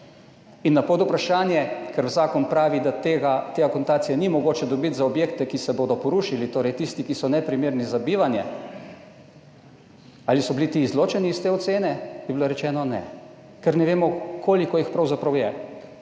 Na podvprašanje, ker zakon pravi, da tega, te akontacije ni mogoče dobiti za objekte, ki se bodo porušili, torej tisti, ki so neprimerni za bivanje ali so bili ti izločeni iz te ocene je bilo rečeno, ne, ker ne vemo koliko jih pravzaprav je.